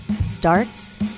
starts